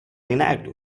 reenact